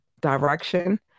direction